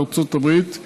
בארצות הברית,